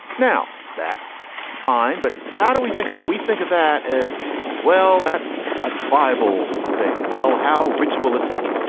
now that's fine. but how do we think of that we think of that as well that's a tribal thing. well how ritualistic.